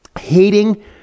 Hating